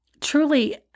truly